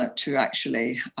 ah to actually